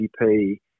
GDP